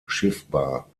schiffbar